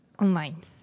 online